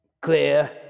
Clear